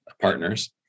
partners